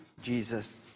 Jesus